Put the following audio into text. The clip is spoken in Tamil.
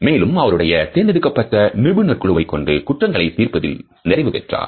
மேலும் அவருடைய தேர்ந்தெடுக்கப்பட்ட நிபுணர் குழுவை கொண்டு குற்றங்களை தீர்ப்பதில் நிறைவு பெற்றார்